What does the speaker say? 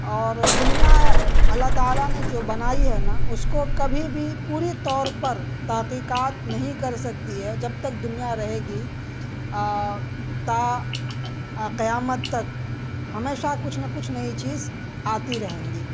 اور دنیا اللہ تعالیٰ نے جو بنائی ہے نا اس کو کبھی بھی پوری طور پر تحقیقات نہیں کر سکتی ہے جب تک دنیا رہے گی تا قیامت تک ہمیشہ کچھ نہ کچھ نئی چیز آتی رہیں گی